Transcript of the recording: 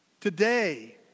Today